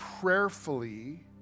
prayerfully